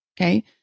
okay